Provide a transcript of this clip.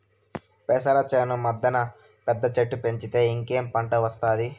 పెసర చేను మద్దెన పెద్ద చెట్టు పెంచితే ఇంకేం పంట ఒస్తాది